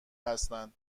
هستن